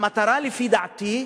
המטרה, לדעתי,